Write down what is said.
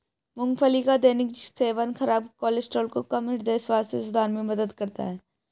मूंगफली का दैनिक सेवन खराब कोलेस्ट्रॉल को कम, हृदय स्वास्थ्य सुधार में मदद करता है